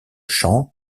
chantent